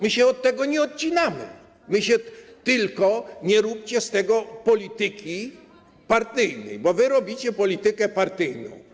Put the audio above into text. My się od tego nie odcinamy, tylko nie róbcie z tego polityki partyjnej, bo wy robicie politykę partyjną.